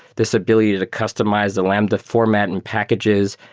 this ability to to customize the lambda format and packages.